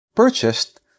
Purchased